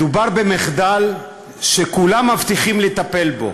מדובר במחדל שכולם מבטיחים לטפל בו.